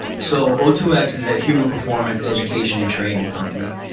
so, o two x is a human performance education and training company.